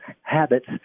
habits